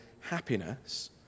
happiness